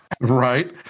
Right